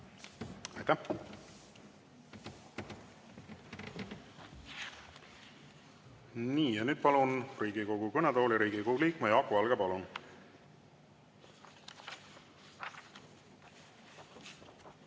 Aitäh! Nii ja nüüd palun Riigikogu kõnetooli Riigikogu liikme Jaak Valge. Palun!